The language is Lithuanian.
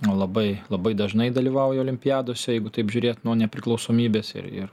labai labai dažnai dalyvauja olimpiadose jeigu taip žiūrėt nuo nepriklausomybės ir ir